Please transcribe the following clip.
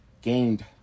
gained